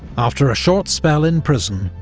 after a short spell in prison,